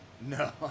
no